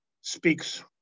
speaks